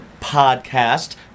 podcast